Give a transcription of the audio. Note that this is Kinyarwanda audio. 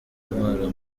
intwaro